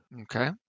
Okay